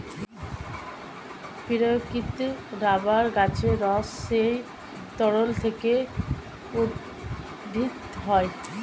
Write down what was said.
প্রাকৃতিক রাবার গাছের রস সেই তরল থেকে উদ্ভূত হয়